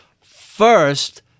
First